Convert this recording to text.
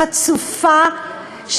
חצופה,